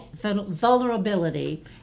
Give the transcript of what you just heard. Vulnerability